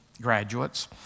graduates